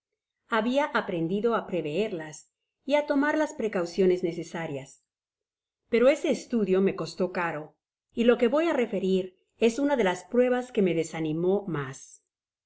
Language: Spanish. habia aprendido á preveerlas y á tomar las precauciones necesarias pero ese estudio me ostó cara y lo que voy á referir es una de las pruebas que me desanimó mas